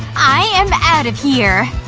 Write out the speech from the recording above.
i am out of here!